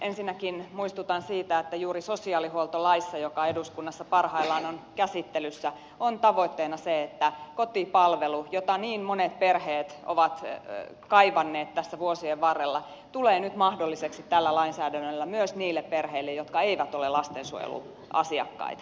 ensinnäkin muistutan siitä että juuri sosiaalihuoltolaissa joka eduskunnassa parhaillaan on käsittelyssä on tavoitteena se että kotipalvelu jota niin monet perheet ovat kaivanneet tässä vuosien varrella tulee nyt mahdolliseksi tällä lainsäädännöllä myös niille perheille jotka eivät ole lastensuojelun asiakkaita